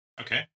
Okay